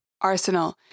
arsenal